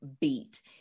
beat